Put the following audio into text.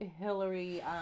Hillary